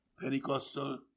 Pentecostal